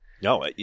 No